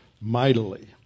mightily